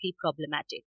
problematic